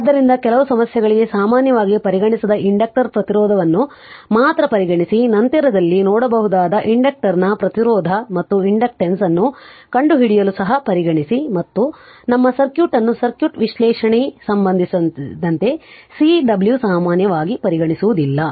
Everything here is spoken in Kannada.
ಆದ್ದರಿಂದ ಕೆಲವು ಸಮಸ್ಯೆಗಳಿಗೆ ಸಾಮಾನ್ಯವಾಗಿ ಪರಿಗಣಿಸದ ಇಂಡಕ್ಟರ್ ಪ್ರತಿರೋಧವನ್ನು ಮಾತ್ರ ಪರಿಗಣಿಸಿ ನಂತರದಲ್ಲಿ ನೋಡಬಹುದಾದ ಇಂಡಕ್ಟರ್ನ ಪ್ರತಿರೋಧ ಮತ್ತು ಇಂಡಕ್ಟನ್ಸ್ ಅನ್ನು ಕಂಡುಹಿಡಿಯಲು ಸಹ ಪರಿಗಣಿಸಿ ಮತ್ತು ನಮ್ಮ ಸರ್ಕ್ಯೂಟ್ ಅನ್ನು ಸರ್ಕ್ಯೂಟ್ ವಿಶ್ಲೇಷಣೆಗೆ ಸಂಬಂಧಿಸಿದಂತೆ Cw ಸಾಮಾನ್ಯವಾಗಿ ಪರಿಗಣಿಸುವುದಿಲ್ಲ